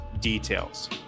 details